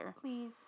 please